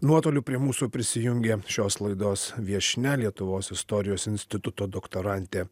nuotoliu prie mūsų prisijungė šios laidos viešnia lietuvos istorijos instituto doktorantė